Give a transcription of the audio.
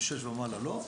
מ-6 ומעלה - לא.